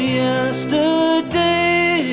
yesterday